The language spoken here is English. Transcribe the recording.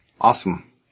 Awesome